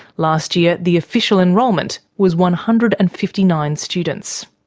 last year the official enrolment was one hundred and fifty nine students.